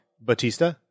Batista